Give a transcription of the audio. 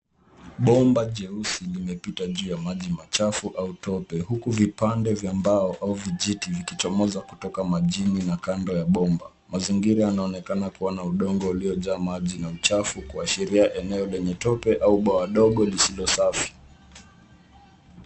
Bomba jeusi limepita juu ya maji machafu au tope huku vipande vya mbao au vijiti vikichomoza kutoka majini na kando ya bomba, mazingira yanaonekana kuwa na udongo uliojaa maji na uchafu kuashiria eneo lenye tope au boa dogo lisilo safi.